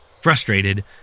Frustrated